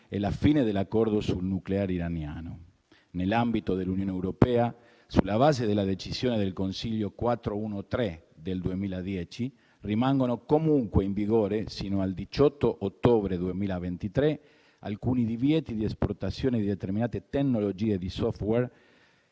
e la fine dell'Accordo sul nucleare iraniano. Nell'ambito dell'Unione europea, sulla base della decisione del Consiglio 413 del 2010, rimangono comunque in vigore, sino al 18 ottobre 2023, alcuni divieti di esportazione di determinate tecnologie di *software*